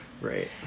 Right